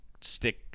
stick